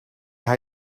how